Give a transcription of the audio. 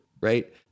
right